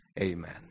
Amen